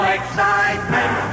excitement